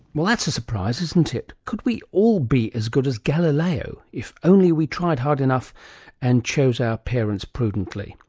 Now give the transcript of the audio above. well that's a surprise, isn't it? could we all be as good as galileo if only we tried hard enough and chose our parents prudently.